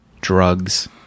drugs